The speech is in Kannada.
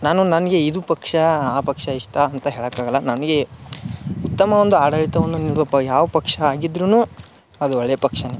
ನಾನು ನನಗೆ ಇದು ಪಕ್ಷ ಆ ಪಕ್ಷ ಇಷ್ಟ ಅಂತ ಹೇಳಕಾಗಲ್ಲ ನನಗೆ ಉತ್ತಮ ಒಂದು ಆಡಳಿತವನು ನಿರುಪ ಯಾವ ಪಕ್ಷ ಆಗಿದ್ದರೂನು ಅದು ಒಳ್ಳೆಯ ಪಕ್ಷನೆ